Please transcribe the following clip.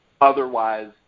otherwise